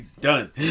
done